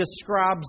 describes